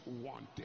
wanted